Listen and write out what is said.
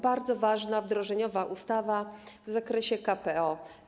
Bardzo ważna wdrożeniowa ustawa w zakresie KPO.